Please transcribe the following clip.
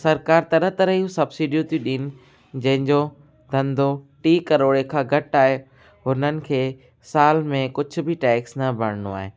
सरकार तरह तरह जूं सब्सिडियूं थी ॾीनि जंहिंजो धंधो टी करोड़े खां घटि आहे हुननि खे साल में कुझु बि टैक्स न भरिणो आहे